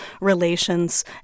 relations